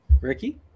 Ricky